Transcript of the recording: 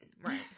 Right